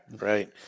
right